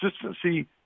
consistency